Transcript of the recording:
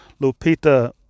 Lupita